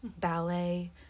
ballet